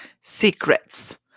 secrets